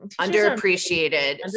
underappreciated